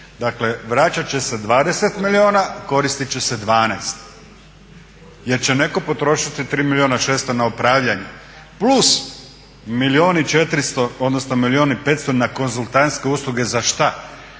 Dakle, vraćat će se 20 milijuna, koristiti će se 12 jer će netko potrošiti 3 milijuna i 600 na upravljanje. Plus milijun i 400, odnosno milijun i 500 na konzultantske usluge za što?